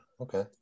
okay